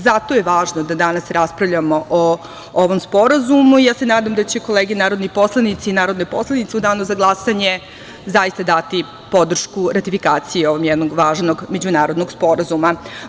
Zato je važno da danas raspravljamo o ovom sporazumu i ja se nadam da će kolege narodni poslanici i narodne poslanice, u danu za glasanje zaista dati podršku ratifikaciji ovog jednog važnog međunarodnog sporazuma.